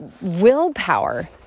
willpower